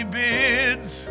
bids